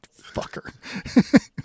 Fucker